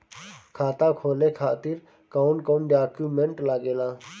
खाता खोले खातिर कौन कौन डॉक्यूमेंट लागेला?